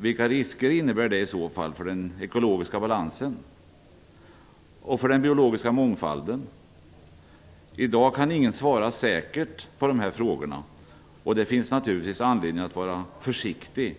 Vilka risker innebär det för den ekologiska balansen och den biologiska mångfalden om man släpper ut gentekniskt ändrade växter och djur? I dag kan ingen svara säkert på frågan. Det finns naturligtvis anledning att vara försiktig,